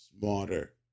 smarter